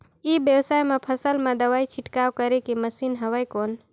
ई व्यवसाय म फसल मा दवाई छिड़काव करे के मशीन हवय कौन?